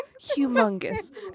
Humongous